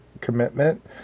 commitment